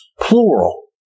plural